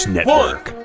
Network